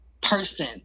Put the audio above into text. person